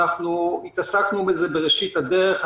התעסקנו בזה בראשית הדרך.